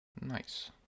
Nice